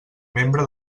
membre